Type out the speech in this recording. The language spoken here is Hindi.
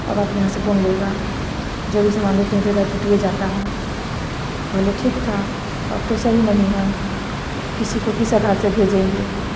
अब आप के यहाँ से कौन लेगा जो भी समान लेते थे इधर टूटी ही जाता है पहले ठीक था अब तो सही नहीं हैं किसी को किस आधार से भेजेंगे